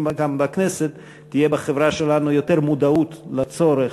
בכנסת תהיה בחברה שלנו יותר מודעות לצורך,